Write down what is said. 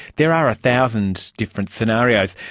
there are a thousand different scenarios,